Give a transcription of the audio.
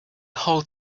whole